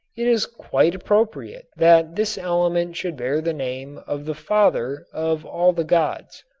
it is quite appropriate that this element should bear the name of the father of all the gods.